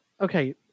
okay